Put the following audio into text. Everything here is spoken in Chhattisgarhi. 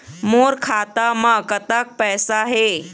मोर खाता म कतक पैसा हे?